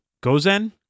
Gozen